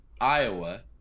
Iowa